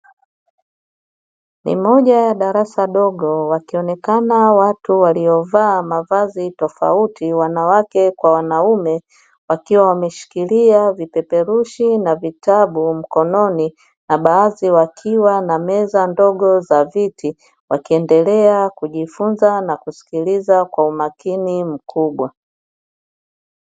Ni moja ya darasa dogo wakionekana watu waliovaa mavazi tofauti (wanawake kwa wanaume) wakiwa wameshikilia vipeperushi na vitabu mkononi na baadhi wakiwa na meza ndogo za viti. Wakiendelea kujifunza na na kusikiliza kwa umakini mkubwa.